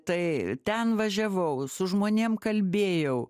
tai ten važiavau su žmonėm kalbėjau